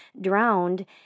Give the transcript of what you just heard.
drowned